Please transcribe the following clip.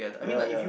ya ya